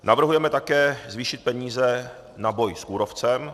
Navrhujeme také zvýšit peníze na boj s kůrovcem.